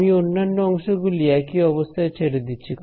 আমি অন্যান্য অংশগুলো একই অবস্থায় ছেড়ে দিচ্ছি